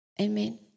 Amen